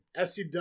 SCW